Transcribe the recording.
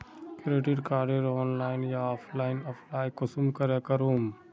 Credit कार्डेर online या offline apply कुंसम करे करूम?